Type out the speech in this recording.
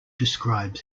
describes